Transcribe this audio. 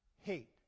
hate